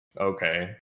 okay